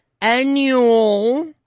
annual